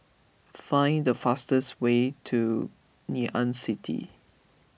find the fastest way to Ngee Ann City